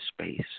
space